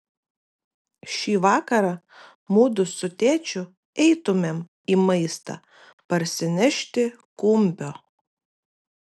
šį vakarą mudu su tėčiu eitumėm į maistą parsinešti kumpio